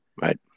Right